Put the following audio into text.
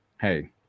hey